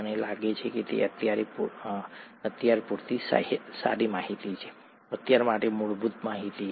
મને લાગે છે કે તે અત્યારે પૂરતી સારી માહિતી છે અત્યારે માટે મૂળભૂત માહિતી